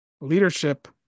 Leadership